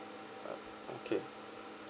uh okay